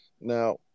Now